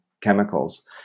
chemicals